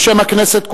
בשם הכנסת כולה,